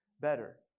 better